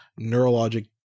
neurologic